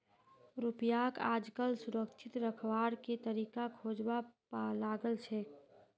रुपयाक आजकल सुरक्षित रखवार के तरीका खोजवा लागल छेक